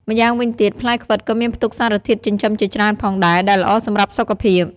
ម្យ៉ាងវិញទៀត ផ្លែខ្វិតក៏មានផ្ទុកសារធាតុចិញ្ចឹមជាច្រើនផងដែរ ដែលល្អសម្រាប់សុខភាព។